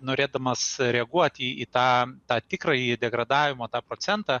norėdamas reaguoti į tą tą tikrąjį degradavimą tą procentą